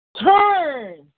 Turn